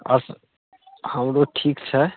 आओरसब हमरो ठीक छै